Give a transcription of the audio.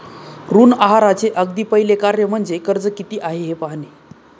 ऋण आहाराचे अगदी पहिले कार्य म्हणजे कर्ज किती आहे हे पाहणे